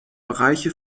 bereiche